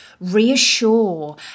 reassure